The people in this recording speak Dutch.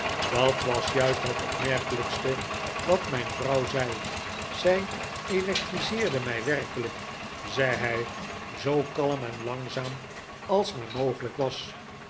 dat was juist het opmerkelijkste wat mijn vrouw zei zij electriseerde mij werkelijk zei hij zoo kalm en langzaam als maar mogelijk was